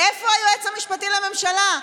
איפה היועץ המשפטי לממשלה?